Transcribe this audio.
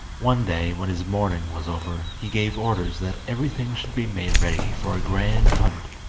one day, when his mourning was over, he gave orders that everything should be made ready for a grand hunt.